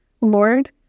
Lord